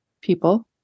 people